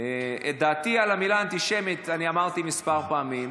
את דעתי על המילה אנטישמית אמרתי כמה פעמים.